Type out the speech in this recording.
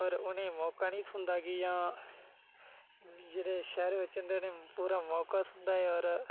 पर उ'नेंई मौका निं थ्होंदा कि इ'यां जेह्ड़े शैह्रू बच्चे होंदे उ'नेंई पूरा मौका थ्होंदा ऐ और